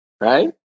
right